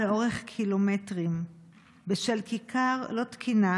עליך ניתן לומר: עבד כי ימלוך.